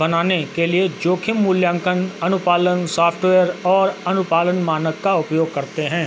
बनाने के लिए जोखिम मूल्यांकन अनुपालन सॉफ्टवेयर और अनुपालन मानक का उपयोग करते हैं